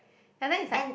and then it's like